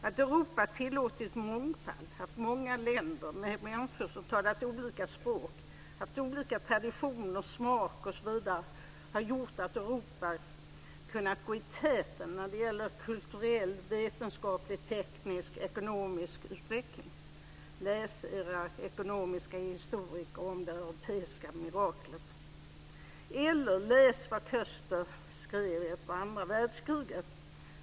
Att Europa har tillåtit mångfald, haft många länder med människor som talat olika språk, haft olika traditioner, smak osv. har gjort att Europa kunnat gå i täten när det gäller kulturell, vetenskaplig, teknisk, ekonomisk utveckling. Läs era ekonomiska historiker som skrivit Det europeiska miraklet eller läs vad Koestler skrev efter andra världskriget.